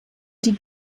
die